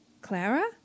Clara